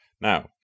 Now